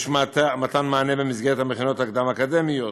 יש מתן מענה במסגרת המכינות הקדם-אקדמיות,